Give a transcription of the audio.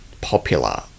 popular